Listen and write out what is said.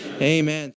amen